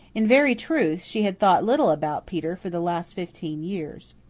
in very truth, she had thought little about peter for the last fifteen years.